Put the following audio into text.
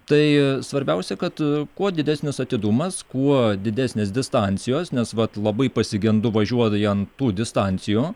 tai svarbiausia kad kuo didesnis atidumas kuo didesnės distancijos nes vat labai pasigendu važiuojan tų distancijų